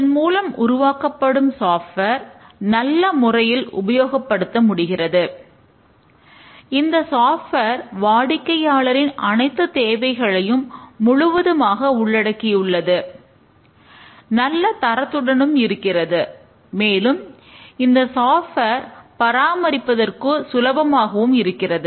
இதன் மூலம் உருவாக்கப்படும் சாப்ட்வேர் வாடிக்கையாளரின் அனைத்து தேவைகளையும் முழுவதுமாக உள்ளடக்கியுள்ளது நல்ல தரத்துடனும் இருக்கிறது மேலும் இந்த சாப்ட்வேர் பராமரிப்பதற்கு சுலபமாகவும் இருக்கிறது